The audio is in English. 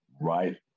right